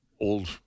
old